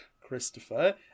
Christopher